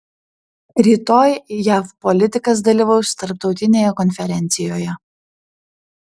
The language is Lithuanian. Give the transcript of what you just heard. rytoj jav politikas dalyvaus tarptautinėje konferencijoje